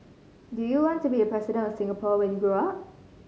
do you want to be the President of Singapore when you grow up